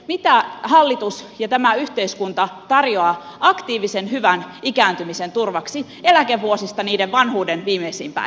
mitä hallitus ja tämä yhteiskunta tarjoaa aktiivisen hyvän ikääntymisen turvaksi eläkevuosista niihin vanhuuden viimeisiin päiviin